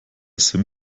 sim